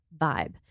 vibe